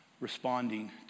responding